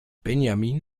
benjamin